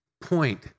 point